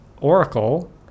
Oracle